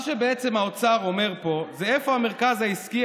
מה שבעצם האוצר אומר פה זה איפה המרכז העסקי,